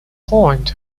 point